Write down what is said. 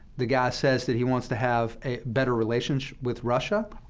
the guy says that he wants to have a better relationship with russia.